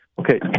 Okay